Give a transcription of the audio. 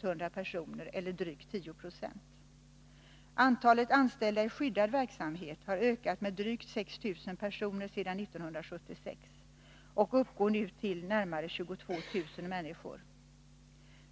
100 personer eller drygt 10 20. Antalet anställda i skyddad verksamhet har ökat med drygt 6 000 personer sedan 1976 och uppgår nu till närmare 22 000 människor.